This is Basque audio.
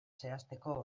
zehazteko